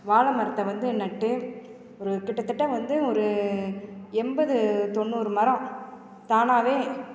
வாழை மரத்தை வந்து நட்டு ஒரு கிட்டத்தட்ட வந்து ஒரு எண்பது தொண்ணூறு மரம் தானாகவே